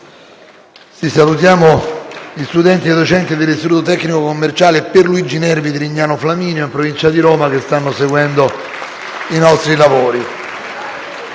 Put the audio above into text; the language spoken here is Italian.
saluto gli studenti e i docenti dell'Istituto tecnico commerciale «Pier Luigi Nervi» di Rignano Flaminio, in provincia di Roma, che stanno seguendo i nostri lavori.